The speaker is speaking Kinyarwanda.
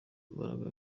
imbaraga